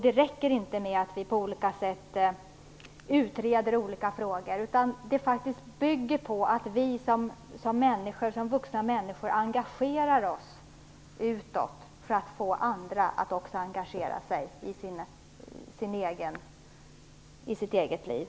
Det räcker inte med att vi utreder olika frågor på olika sätt. Det bygger faktiskt på att vi som vuxna människor engagerar oss utåt för att även få andra människor att engagera sig i sitt eget liv.